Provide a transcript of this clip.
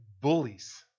bullies